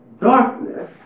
darkness